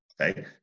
okay